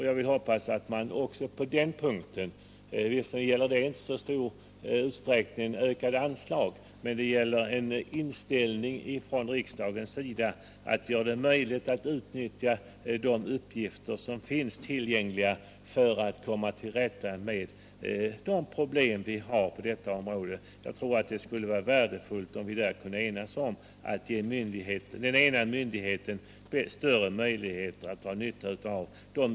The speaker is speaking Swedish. Jag hoppas att riksdagens inställning — och här gäller det inte i första hand ökade anslag — är den att det skall vara möjligt för en myndighet att få dra nytta av uppgifter som en annan myndighet har lagrat, allt i syfte att komma till rätta med problemen på detta område.